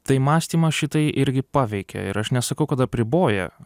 tai mąstymą šitai irgi paveikia ir aš nesakau kad apriboja